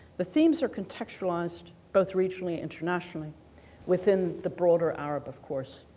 the themes are contextualized both regionally, internationally within the broader arab, of course,